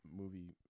movie